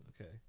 Okay